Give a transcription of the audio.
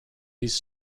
these